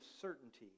certainty